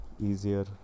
Easier